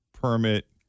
permit